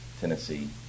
Tennessee